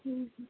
ହୁଁ ହୁଁ